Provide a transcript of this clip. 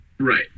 Right